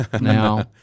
now